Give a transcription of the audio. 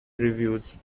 reviews